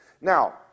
Now